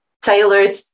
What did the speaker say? Tailored